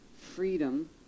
freedom